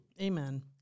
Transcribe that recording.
Amen